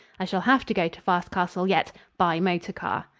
i shall have to go to fast castle yet by motor car.